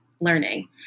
learning